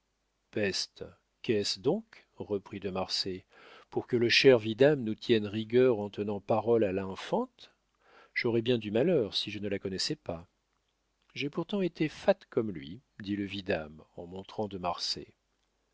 peste qu'est-ce donc reprit de marsay pour que le cher vidame nous tienne rigueur en tenant parole à l'infante j'aurais bien du malheur si je ne la connaissais pas j'ai pourtant été fat comme lui dit le vidame en montrant de marsay